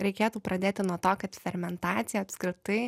reikėtų pradėti nuo to kad fermentacija apskritai